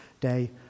day